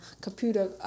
computer